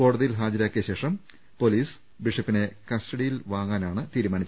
കോടതിയിൽ ഹാജരാക്കിയശേഷം പൊലീസ് ബിഷപ്പിനെ കസ്റ്റ ഡിയിൽ വാങ്ങാ നാണ് തീരുമാനം